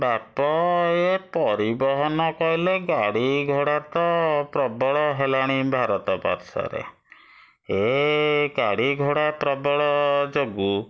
ବାପ ଏ ପରିବହନ କହିଲେ ଗାଡ଼ି ଘୋଡ଼ା ତ ପ୍ରବଳ ହେଲାଣି ଭାରତ ବର୍ଷରେ ଏ ଗାଡ଼ି ଘୋଡ଼ା ପ୍ରବଳ ଯୋଗୁଁ